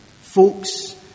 folks